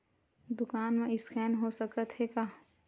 दुकान मा स्कैन हो सकत हे का?